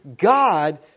God